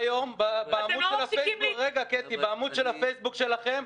והיום בעמוד של הפייסבוק שלכם,